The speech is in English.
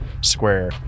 square